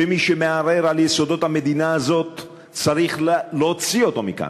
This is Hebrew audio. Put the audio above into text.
ומי שמערער על יסודות המדינה הזאת צריך להוציא אותו מכאן.